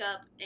up